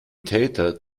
täter